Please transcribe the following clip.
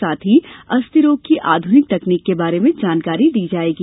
साथ ही अस्थि रोग की आधुनिक तकनीक के बारे में जानकारी दी जायेगी